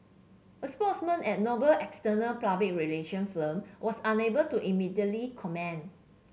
a spokesman at Noble's external public relation firm was unable to immediately comment